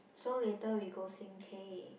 so later we go sing K